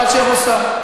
או עד שיבוא שר.